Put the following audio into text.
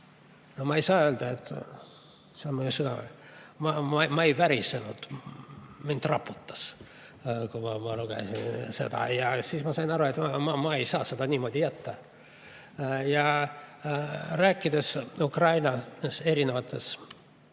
mulle südamelähedane. Ma ei värisenud, mind raputas, kui ma lugesin seda. Ja siis ma sain aru, et ma ei saa seda niimoodi jätta. Rääkides Ukrainas erinevates